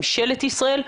ממשלת ישראל,